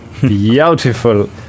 beautiful